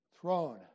throne